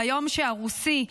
ביום שארוסי,